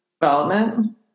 Development